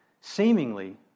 Seemingly